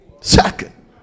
Second